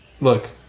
Look